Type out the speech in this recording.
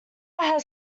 had